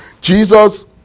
Jesus